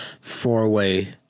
four-way